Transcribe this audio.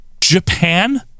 Japan